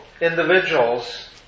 individuals